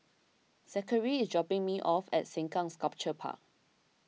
Zackery is dropping me off at Sengkang Sculpture Park